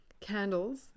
candles